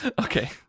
Okay